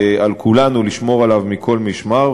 ועל כולנו לשמור עליו מכל משמר,